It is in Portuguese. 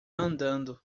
andando